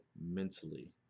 mentally